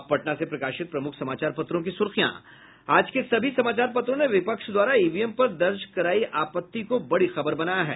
अब पटना से प्रकाशित प्रमुख समाचार पत्रों की सुर्खियां आज के सभी समाचार पत्रों ने विपक्ष द्वारा ईवीएम पर दर्ज कराई आपत्ति को बड़ी खबर बनाया है